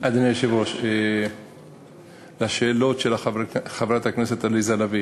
אדוני היושב-ראש, לשאלות של חברת הכנסת לביא,